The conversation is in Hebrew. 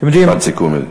אתם יודעים, משפט סיכום.